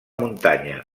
muntanya